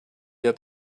had